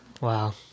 wow